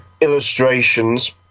illustrations